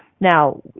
Now